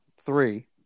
three